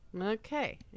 Okay